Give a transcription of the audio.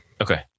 Okay